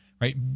right